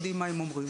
יודעים מה הם אומרים.